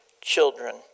children